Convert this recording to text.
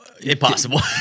impossible